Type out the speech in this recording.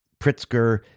Pritzker